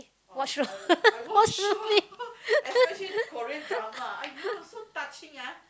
what show what show